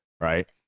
right